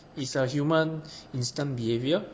it's a human instant behavior